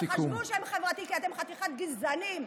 שחשבו שאתם חברתיים, כי אתם חתיכת גזענים.